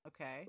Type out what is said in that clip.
Okay